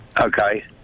Okay